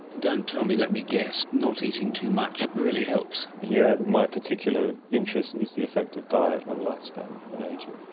don't tell me, let me guess, not eating too much really helps. yes, my particular interest is the effect of diet on lifespan, on ageing.